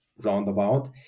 roundabout